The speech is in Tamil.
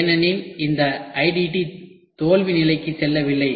ஏனெனில் இந்த IDT தோல்வி நிலைக்கு செல்லவில்லை